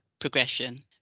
progression